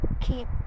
keep